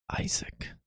Isaac